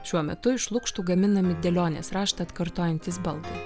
šiuo metu iš lukštų gaminami dėlionės raštą atkartojantys baldai